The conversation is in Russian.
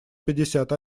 пятьдесят